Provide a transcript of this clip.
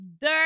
dirt